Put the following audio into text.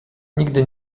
nigdy